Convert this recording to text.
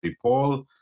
Paul